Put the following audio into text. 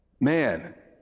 man